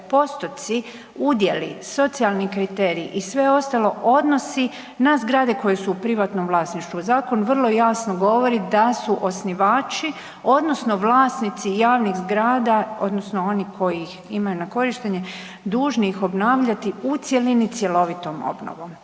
postoci, udjeli, socijalni kriteriji i sve ostalo odnosi na zgrade koje su u privatnom vlasništvu. Zakon vrlo jasno govori da su osnivači odnosno vlasnici javnih zgrada odnosno oni koji ih imaju na korištenje dužni ih obnavljati u cjelini cjelovitom obnovom,